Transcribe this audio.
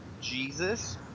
Jesus